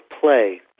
play